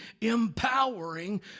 empowering